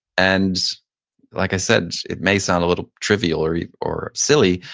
and like i said, it may sound a little trivial or yeah or silly,